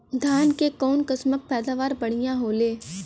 धान क कऊन कसमक पैदावार बढ़िया होले?